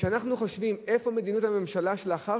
כשאנחנו חושבים איפה מדיניות הממשלה לאחר